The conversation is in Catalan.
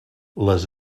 les